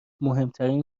مهمترین